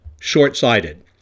short-sighted